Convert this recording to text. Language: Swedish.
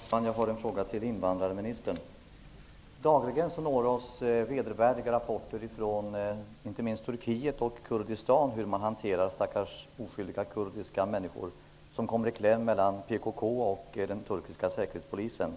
Fru talman! Jag har en fråga till invandrarministern. Dagligen når oss vedervärdiga rapporter från inte minst Turkiet och Kurdistan om hur man hanterar stackars oskyldiga kurdiska människor som kommer i kläm mellan PKK och den turkiska säkerhetspolisen.